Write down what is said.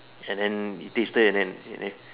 and then he tasted it and then